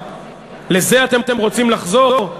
לזה אתם רוצים לחזור?